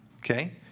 okay